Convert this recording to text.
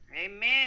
amen